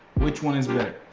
which one is better?